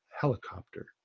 Helicopter